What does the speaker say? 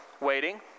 waiting